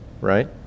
right